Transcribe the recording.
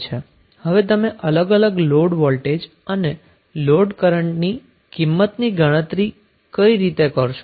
તો હવે તમે અલગ અલગ લોડ વોલ્ટેજ અને લોડ કરન્ટ ની કિંમતની ગણતરી કઈ રીતે કરશો